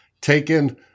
Taken